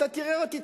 אתה תראה אותי,